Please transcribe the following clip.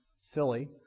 silly